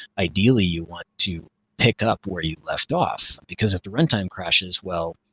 ideally you want to pick up where you left off because if the runtime crashes well,